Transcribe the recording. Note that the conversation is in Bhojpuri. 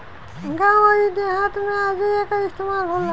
गावं अउर देहात मे आजो एकर इस्तमाल होला